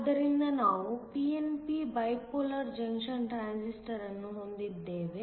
ಆದ್ದರಿಂದ ನಾವು pnp bipolar junction transistor ಅನ್ನು ಹೊಂದಿದ್ದೇವೆ